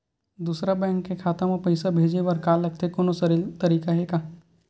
दूसरा बैंक के खाता मा पईसा भेजे बर का लगथे कोनो सरल तरीका हे का?